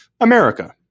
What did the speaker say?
America